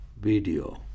video